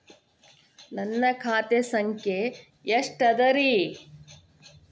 ನನ್ನ ಖಾತೆ ಸಂಖ್ಯೆ ಎಷ್ಟ ಅದರಿ?